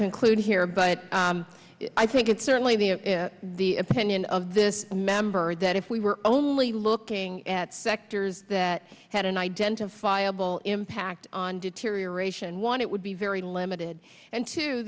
conclude here but i think it's certainly the the opinion of this member that if we were only looking at sectors that had an identifiable impact on deterioration one it would be very limited and two